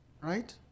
Right